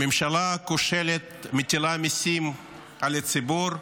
הממשלה הכושלת מטילה מיסים על הציבור,